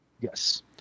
Yes